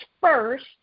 first